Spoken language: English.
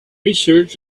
research